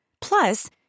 Plus